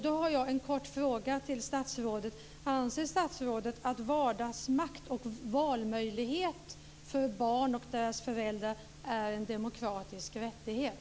Då har jag en kort fråga till statsrådet: Anser statsrådet att vardagsmakt och valmöjlighet för barn och deras föräldrar är en demokratisk rättighet?